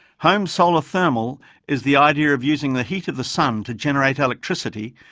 home solar thermal is the idea of using the heat of the sun to generate electricity,